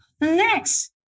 next